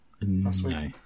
No